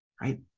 right